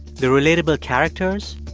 the relatable characters